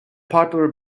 popular